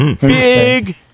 big